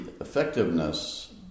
effectiveness